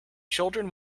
children